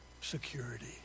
security